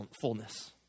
fullness